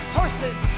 horses